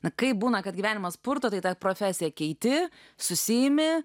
nu kaip būna kad gyvenimas purto tai tą profesiją keiti susiimi